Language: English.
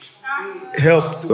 helped